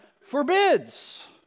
forbids